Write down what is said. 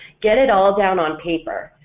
get it all down on paper,